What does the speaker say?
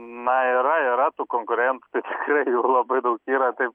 na yra yra tų konkuren tai tikrai jų labai daug yra taip